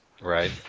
right